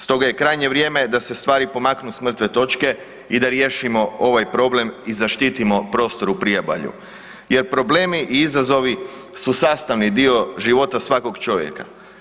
Stoga je krajnje vrijeme da se stvari pomaknu s mrtve točke i da riješimo ovaj problem i da zaštitimo prostor u Priobalju jer problemi i izazovi su sastavni dio života svakog čovjeka.